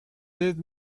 dead